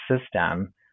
system